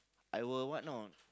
I will what no